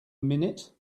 minute